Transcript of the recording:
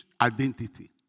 identity